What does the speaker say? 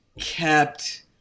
kept